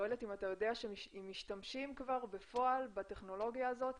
אני חושב שבטווח הארוך כן צריך להגיע לשם עם טכנולוגיה נייחת